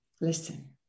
Listen